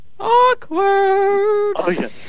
Awkward